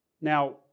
Now